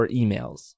emails